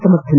ಸಮರ್ಥನೆ